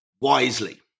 wisely